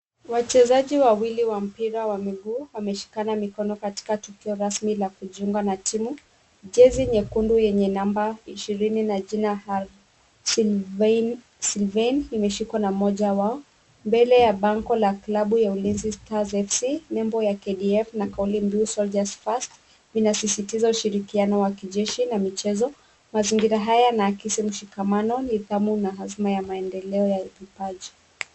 Wachezaji wawili wa mpira wa miguu wameshikana mikono katika tukio rasmi la kujiunga na timu. Jezi nyekundu yenye namba ishirini na jina R.Sylvaine imeshikwa na mmoja wao mbele ya bango la klabu ya Ulinzi Stars F.C, nembo ya KDF na kauli mbiu Soldiers first linasisitiza ushirikiano wa kijeshi, aina ya michezo, mazingira haya yanaakisi mshikamano, nidhamu na hazma ya maendeleo ya vipaji.